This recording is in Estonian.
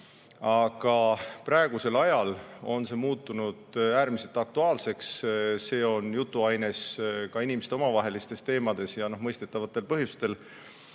aga praegusel ajal on see muutunud äärmiselt aktuaalseks. See on jutuaines ka inimeste omavahelistes [vestlustes], mõistetavatel põhjustel.